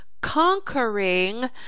conquering